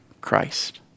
Christ